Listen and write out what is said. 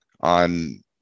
on